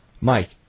Mike